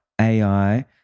AI